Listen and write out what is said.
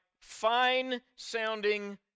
fine-sounding